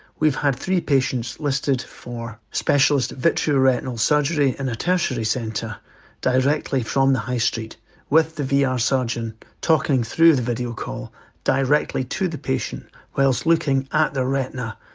we've had three patients listed for specialist vitreoretinal surgery in a tertiary centre directly from the high street with the vr ah surgeon talking through the video call directly to the patient, whilst looking at the retina,